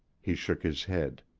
he shook his head.